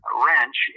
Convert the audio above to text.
wrench